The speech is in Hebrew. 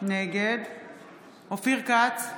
נגד אופיר כץ,